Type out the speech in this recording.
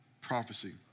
prophecy